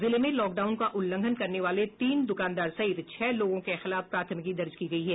जिले में लॉकडाउन का उल्लंघन करने वाले तीन दुकानदार सहित छह लोगों के खिलाफ प्राथमिकी दर्ज की गयी है